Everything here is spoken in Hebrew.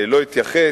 לא אתייחס.